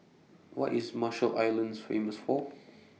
What IS Marshall Islands Famous For